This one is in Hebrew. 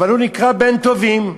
אבל הוא נקרא בן טובים.